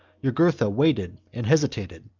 jugurtha waited and hesitated,